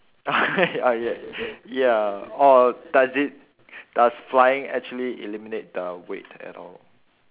oh ya ya or does it does flying actually eliminate the weight at all